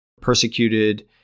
persecuted